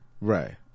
Right